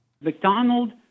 McDonald